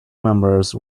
members